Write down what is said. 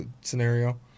scenario